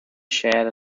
shared